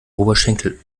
oberschenkel